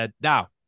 Now